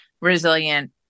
resilient